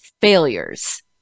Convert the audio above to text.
failures